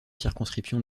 circonscription